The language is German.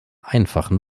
einfachen